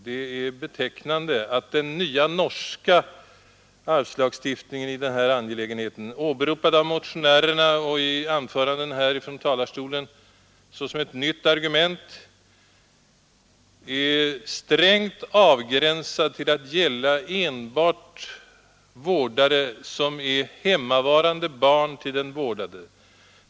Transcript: Det är betecknande att den nya norska arvslagstiftningen i denna angelägenhet, åberopad av motionärerna och i anföranden från talarstolen såsom ett nytt argument, är strängt avgränsad till att gälla enbart vårdare som är hemmavarande barn till den vårdade.